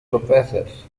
professors